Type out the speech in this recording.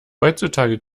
heutzutage